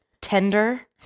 Tender